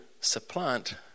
supplant